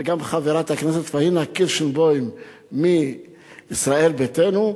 וגם מחברת הכנסת פניה קירשנבאום מישראל ביתנו,